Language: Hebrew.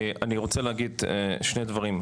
אני רוצה להגיד שני דברים.